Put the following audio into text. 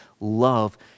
love